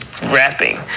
rapping